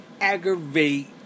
aggravate